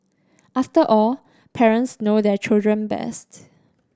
after all parents know their children best